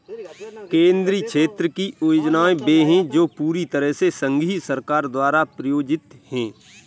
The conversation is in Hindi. केंद्रीय क्षेत्र की योजनाएं वे है जो पूरी तरह से संघीय सरकार द्वारा प्रायोजित है